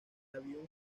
avión